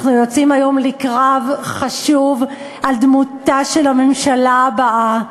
אנחנו יוצאים היום לקרב חשוב על דמותה של הממשלה הבאה,